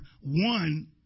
one